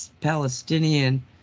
Palestinian